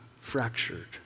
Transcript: fractured